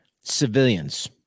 civilians